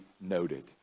noted